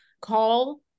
call